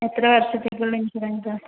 എത്രയാ വർഷത്തേക്ക് ഉള്ള ഇൻഷുറൻസ്